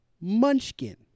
Munchkin